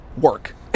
work